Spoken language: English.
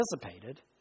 participated